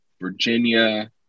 Virginia